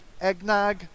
eggnog